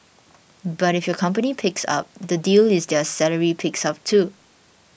but if your company picks up the deal is their salary picks up too